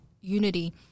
unity